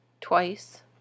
twice